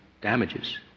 damages